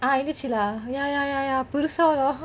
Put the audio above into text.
ஆ இருந்துச்சு:aa irunthuchu lah ya ya ya ya பெருசா:perusaa